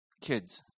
kids